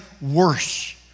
worse